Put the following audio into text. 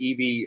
EV